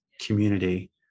community